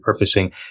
repurposing